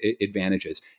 advantages